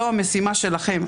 זאת המשימה שלכם,